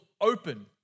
open